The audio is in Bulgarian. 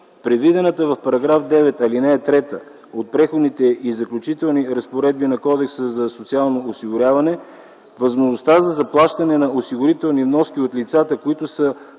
предвидената в § 9, ал. 3 от Преходните и заключителни разпоредби на Кодекса за социално осигуряване възможност за заплащане на осигурителни вноски от лицата, които са